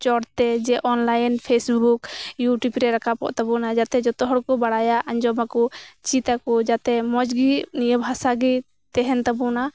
ᱪᱚᱴ ᱛᱮ ᱡᱮ ᱚᱱᱞᱟᱭᱤᱱ ᱯᱷᱮᱥᱵᱩᱠ ᱤᱭᱩᱴᱤᱭᱩᱵᱽ ᱨᱮ ᱨᱟᱠᱟᱵᱚᱜ ᱛᱟᱵᱚᱱᱟ ᱡᱟᱛᱮ ᱡᱚᱛᱚ ᱦᱚᱲ ᱠᱚ ᱵᱟᱲᱟᱭᱟ ᱟᱸᱡᱚᱢᱟᱠᱚ ᱪᱮᱫ ᱟᱠᱚ ᱡᱟᱛᱮ ᱢᱚᱸᱡᱽ ᱜᱮ ᱦᱩᱭᱩᱜ ᱱᱤᱭᱟᱹ ᱵᱷᱟᱥᱟ ᱜᱮ ᱛᱟᱦᱮᱸᱱ ᱛᱟᱵᱚᱱᱟ